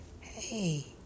hey